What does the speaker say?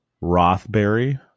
Rothbury